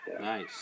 Nice